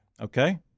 Okay